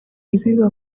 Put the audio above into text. ibiba